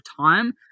time